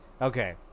okay